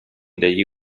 degli